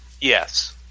Yes